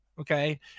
okay